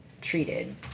treated